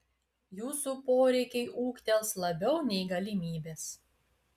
jūsų poreikiai ūgtels labiau nei galimybės